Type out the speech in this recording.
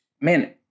man